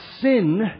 sin